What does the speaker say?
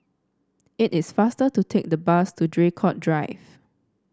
it is faster to take the bus to Draycott Drive